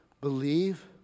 believe